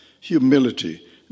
humility